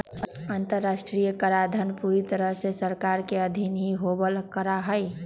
अन्तर्राष्ट्रीय कराधान पूरी तरह से सरकार के अधीन ही होवल करा हई